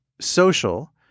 social